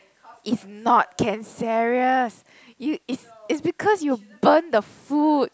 is not cancerous you it's because you burn the food